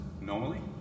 normally